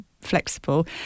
flexible